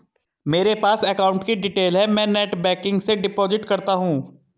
मेरे पास अकाउंट की डिटेल है मैं नेटबैंकिंग से डिपॉजिट करता हूं